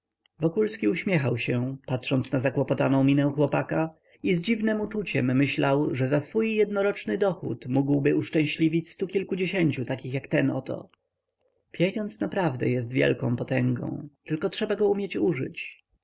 wokulski uśmiechał się patrząc na zakłopotaną minę chłopaka i z dziwnem uczuciem myślał że za swój jednoroczny dochód mógłby uszczęśliwić stu kilkudziesięciu takich jak ten oto pieniądz naprawdę jest wielką potęgą tylko trzeba go umieć użyć